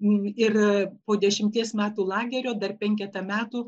ir po dešimties metų lagerio dar penketą metų